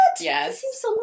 Yes